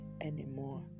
anymore